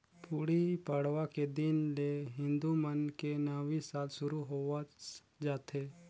गुड़ी पड़वा के दिन ले हिंदू मन के नवी साल सुरू होवस जाथे